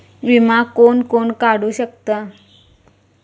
विमा कोण कोण काढू शकता?